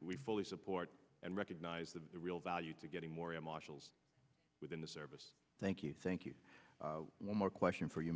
we fully support and recognize the real value to getting more and marshals within the service thank you thank you one more question for you